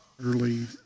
early